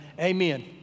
amen